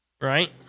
Right